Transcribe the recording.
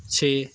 ਛੇ